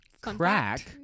Crack